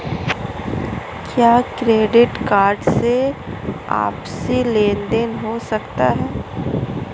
क्या credit card से आपसी लेनदेन हो सकता है?